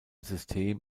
system